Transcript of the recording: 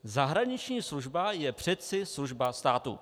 Zahraniční služba je přece služba státu.